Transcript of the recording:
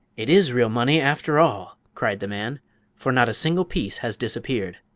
it is real money, after all! cried the man for not a single piece has disappeared.